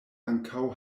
ankaŭ